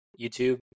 YouTube